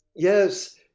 Yes